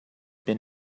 been